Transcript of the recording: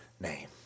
name